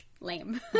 lame